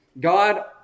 God